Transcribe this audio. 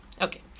Okay